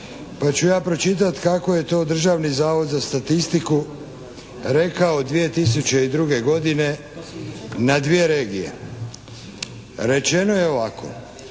pa ću ja pročitat kako je to Državni zavod za statistiku rekao 2002. godine na dvije regije. Rečeno je ovako.